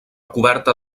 coberta